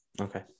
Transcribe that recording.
Okay